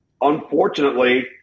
unfortunately